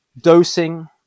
dosing